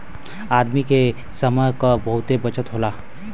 आदमी के समय क बहुते बचत होला